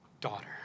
daughter